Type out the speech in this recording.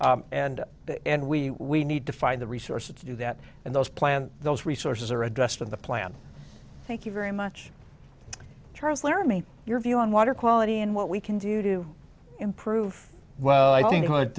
and and we we need to find the resources to do that and those plans those resources are addressed in the plan thank you very much charles laramie your view on water quality and what we can do to improve well i think